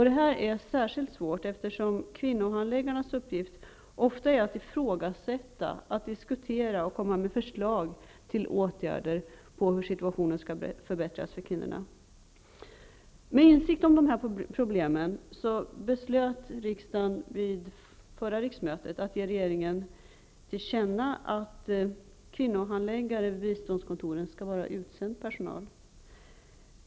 Detta är särskilt svårt, eftersom kvinnohandläggarnas uppgift ofta är att ifrågasätta, diskutera och komma med förslag till åtgärder som kan förbättra situationen för kvinnorna. Med insikt om de här problemen beslöt riksdagen vid förra riksmötet att ge regeringen till känna att kvinnohandläggare vid biståndskontoren skall vara utsänd personal.